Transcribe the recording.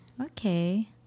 Okay